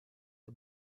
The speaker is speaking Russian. это